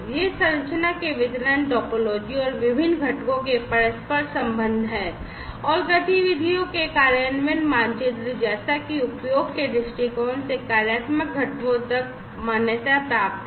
यह संरचना के वितरण टोपोलॉजी और विभिन्न घटकों के परस्पर संबंध है और गतिविधियों के कार्यान्वयन मानचित्र जैसा कि उपयोग के दृष्टिकोण से कार्यात्मक घटकों तक मान्यता प्राप्त है